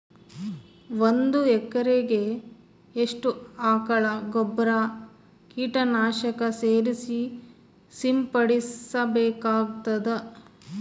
ಒಂದು ಎಕರೆಗೆ ಎಷ್ಟು ಆಕಳ ಗೊಬ್ಬರ ಕೀಟನಾಶಕ ಸೇರಿಸಿ ಸಿಂಪಡಸಬೇಕಾಗತದಾ?